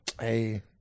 Hey